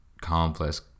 complex